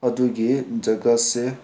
ꯑꯗꯨꯒꯤ ꯖꯒꯥꯁꯦ